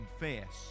confess